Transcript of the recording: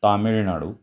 Tamil Nadu